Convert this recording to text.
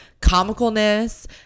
comicalness